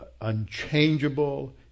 unchangeable